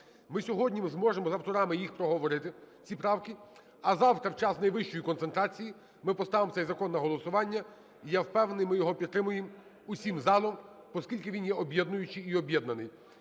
Ми сьогодні зможемо з авторами їх проговорити ці правки, а завтра в час найвищої концентрації ми поставимо цей закон на голосування. І я впевнений, ми його підтримаємо усім залом, оскільки він є об'єднуючий і об'єднаний.